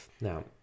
now